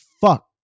fuck